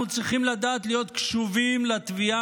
אנחנו צריכים לדעת להיות קשובים לתביעה